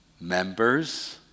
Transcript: Members